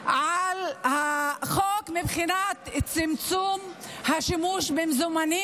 על החוק מבחינת צמצום השימוש במזומנים,